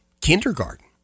kindergarten